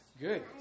Good